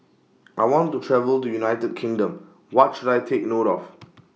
I want to travel to United Kingdom What should I Take note of